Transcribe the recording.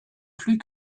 plus